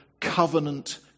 covenant